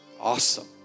Awesome